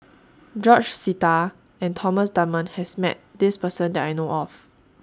George Sita and Thomas Dunman has Met This Person that I know of